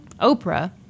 Oprah